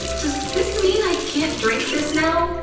does this mean i can't drink this now?